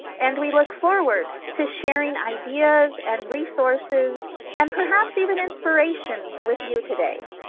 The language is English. and we look forward to sharing ideas and resources and perhaps even inspirations with you today.